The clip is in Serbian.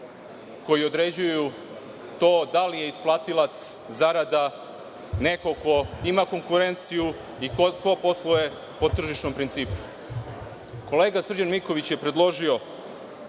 koji određuju to da li je isplatilac zarada neko ko ima konkurenciju i ko posluje po tržišnom principu. Kolega Srđan Miković, je predložio